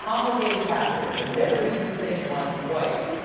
complicated passwords. and never use the same one twice.